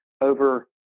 over